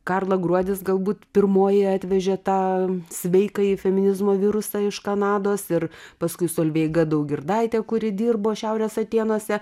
karla gruodis galbūt pirmoji atvežė tą sveikąjį feminizmo virusą iš kanados ir paskui solveiga daugirdaitė kuri dirbo šiaurės atėnuose